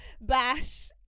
Bash